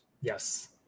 Yes